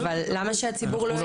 אבל למה שהציבור לא יידע?